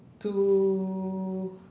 to